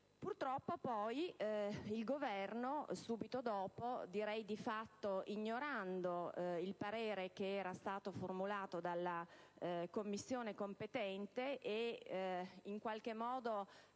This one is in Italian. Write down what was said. Purtroppo poi il Governo, subito dopo, di fatto ignorando il parere che era stato formulato dalla Commissione competente, e in qualche modo